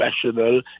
professional